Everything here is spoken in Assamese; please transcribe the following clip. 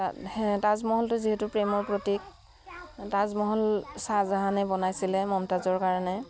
তাত তাজমহলটো যিহেতু প্ৰেমৰ প্ৰতীক তাজমহল চাহজাহানে বনাইছিলে মমতাজৰ কাৰণে